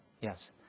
Yes